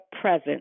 presence